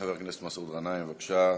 חבר הכנסת מסעוד גנאים, בבקשה.